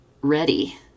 ready